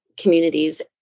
communities